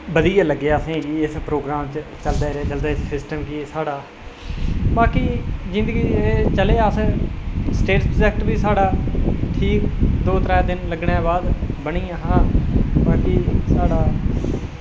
बधियै गै लग्गेआ असेंगी इस प्रोग्राम च सिस्टम गी साढ़ा बाकी जिंदगी च एह् चले अस स्टेट सब्जेक्ट बी साढ़ा ठीक दौ त्रैऽ दिन लग्गने दे बाद बनी गेआ हा फ्ही साढ़ा